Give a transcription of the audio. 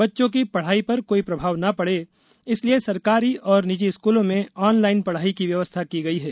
बच्चों की पढ़ाई पर कोई प्रभाव न पड़े इसलिए सरकारी और निजी स्कूलों में ऑनलाइन पढ़ाई की व्यवस्था की गई है